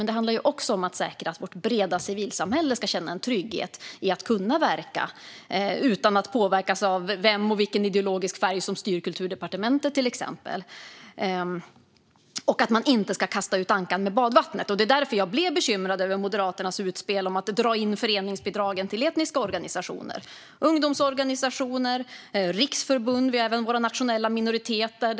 Men det handlar också om att säkra att vårt breda civilsamhälle ska kunna känna en trygghet i att kunna verka utan att påverkas av vem och vilken ideologisk färg som styr Kulturdepartementet, till exempel. Man ska inte kasta ut barnet med badvattnet. Det är därför jag blev bekymrad över Moderaternas utspel om att dra in föreningsbidragen till etniska organisationer. Det är ungdomsorganisationer och riksförbund, och vi har ju även våra nationella minoriteter.